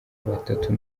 batatu